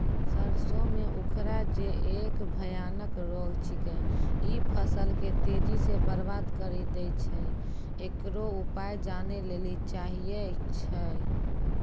सरसों मे उखरा जे एक भयानक रोग छिकै, इ फसल के तेजी से बर्बाद करि दैय छैय, इकरो उपाय जाने लेली चाहेय छैय?